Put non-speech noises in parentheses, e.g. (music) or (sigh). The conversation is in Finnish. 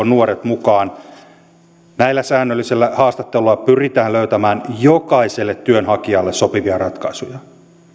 (unintelligible) nuoret mukaan näillä säännöllisillä haastatteluilla pyritään löytämään jokaiselle työnhakijalle sopivia ratkaisuja